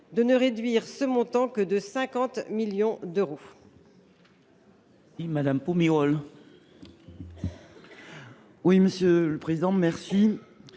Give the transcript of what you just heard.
de ne réduire ce montant que de 50 millions d’euros.